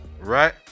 right